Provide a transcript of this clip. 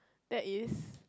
that is